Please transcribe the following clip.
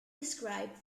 described